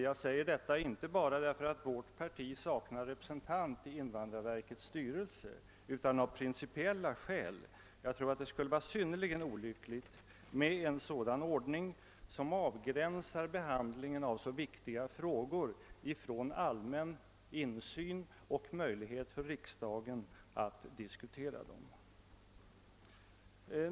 Jag säger detta inte bara därför att vårt parti saknar representant i invandraraverkets styrelse utan även av prin cipiella skäl; jag tror att det skulle vara synnerligen olyckligt att ha en ordning som avgränsar behandlingen av så viktiga frågor från allmän insyn och möjlighet för riksdagen att diskutera dem.